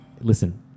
Listen